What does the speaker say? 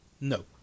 No